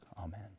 Amen